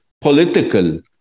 political